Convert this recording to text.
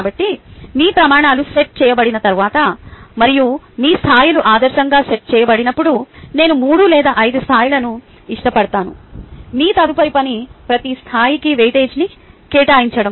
కాబట్టి మీ ప్రమాణాలు సెట్ చేయబడిన తర్వాత మరియు మీ స్థాయిలు ఆదర్శంగా సెట్ చేయబడినప్పుడు నేను 3 లేదా 5 స్థాయిలను ఇష్టపడతాను మీ తదుపరి పని ప్రతి స్థాయికి వెయిటేజీని కేటాయించడం